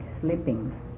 sleeping